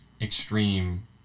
extreme